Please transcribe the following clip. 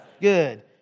Good